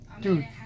Dude